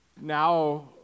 now